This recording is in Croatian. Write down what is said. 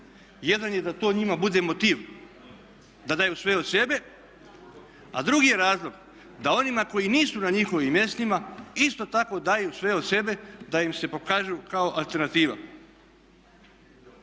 Jedan je da to njima bude motiv da daju sve od sebe a drugi je razlog da onima koji nisu na njihovim mjestima isto tako daju sve od sebe da im se pokažu kao alternativa.